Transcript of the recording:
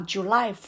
July